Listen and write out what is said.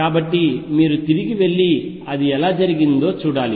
కాబట్టి మీరు తిరిగి వెళ్లి అది ఎలా జరిగిందో చూడాలి